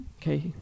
Okay